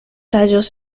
tallos